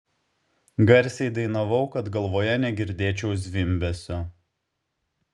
garsiai dainavau kad galvoje negirdėčiau zvimbesio